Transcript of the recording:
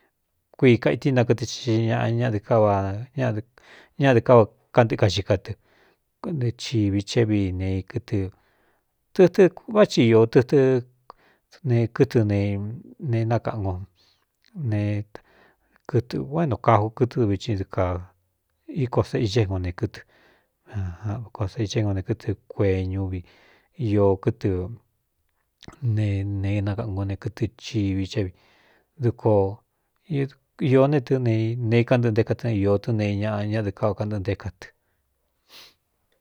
Kuii kaití na kɨtɨ xixi ñaꞌa ñd kávañadɨ ká va kántɨka xika tɨ ɨ chivi ché vi ne kɨtɨ tɨtɨ vá ti tɨtɨ́ ne kɨtɨ ene inakaꞌno nekɨɨ ō éno kaju kɨɨ vii d ka íko seꞌixééñg ne kɨɨko se iché éng ne kɨtɨ kueñúvi i kɨtɨ ne ne inakaꞌngu ne kɨtɨ chivi cévi dko īó ne tɨ́ ne ikantɨꞌɨ ntéka tɨ ió tɨ́ neiñaꞌa ñadɨ káva kantɨꞌɨ nté ka tɨ.